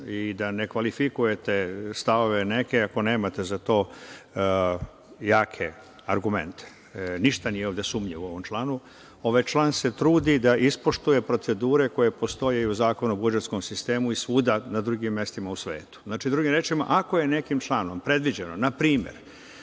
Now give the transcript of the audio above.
i da ne kvalifikujete stavove neke ako nemate za to jake argumente. Ništa nije ovde sumnjivo u ovom članu. Ovaj član se trudi da ispoštuje procedure koje postoje i u Zakonu o budžetskom sistemu i svuda na drugim mestima u svetu. Znači, drugim rečima, ako je nekim članom predviđeno, na primer,